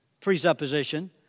presupposition